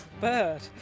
bird